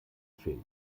fehlt